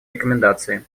рекомендации